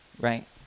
Right